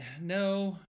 no